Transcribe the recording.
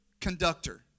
Conductor